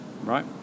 Right